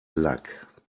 luck